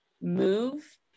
move